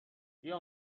بیا